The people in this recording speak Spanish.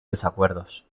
desacuerdos